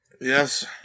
Yes